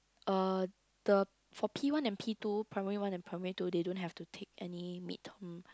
uh the for P one and P two primary one and primary two they don't have to take any mid term